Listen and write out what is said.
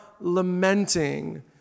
lamenting